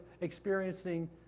experiencing